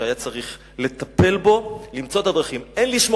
שהיה צריך לטפל בו ולמצוא את הדרכים הן לשמור